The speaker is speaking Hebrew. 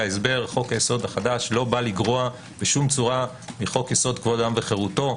ההסבר: חוק היסוד החדש לא בא לגרוע מחוק יסוד: כבוד האדם וחירותו,